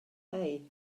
hay